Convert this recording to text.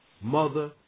mother